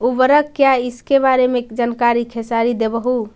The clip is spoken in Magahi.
उर्वरक क्या इ सके बारे मे जानकारी खेसारी देबहू?